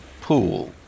pool